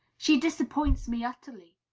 she disappoints me utterly.